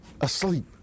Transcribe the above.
asleep